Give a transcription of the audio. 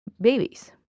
babies